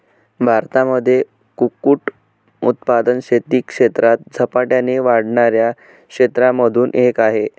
भारतामध्ये कुक्कुट उत्पादन शेती क्षेत्रात झपाट्याने वाढणाऱ्या क्षेत्रांमधून एक आहे